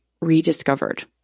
rediscovered